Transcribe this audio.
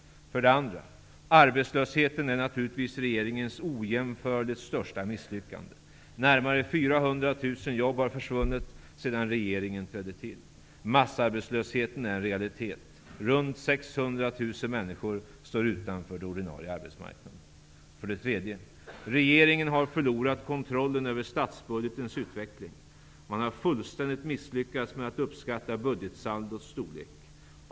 För det andra: Arbetslösheten är naturligtvis regeringens ojämförligt största misslyckande. Närmare 400 000 jobb har försvunnit sedan regeringen trädde till. Massarbetslösheten är en realitet. Runt 600 000 människor står utanför den ordinarie arbetsmarknaden. För det tredje: Regeringen har förlorat kontrollen över statsbudgetens utveckling. Man har fullständigt misslyckats med att uppskatta budgetsaldots storlek.